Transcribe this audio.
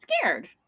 scared